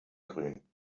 grün